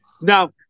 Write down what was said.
Now